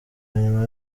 nyuma